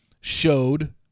showed